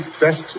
best